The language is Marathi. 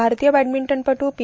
भारतीय बॅडमिंटनपटू पी